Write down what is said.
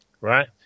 right